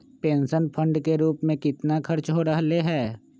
Pension fund के रूप में कितना खर्च हो रहले है?